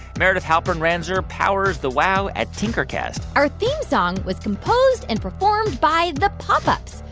meredith halpern-ranzer powers the wow at tinkercast our theme song was composed and performed by the pop ups.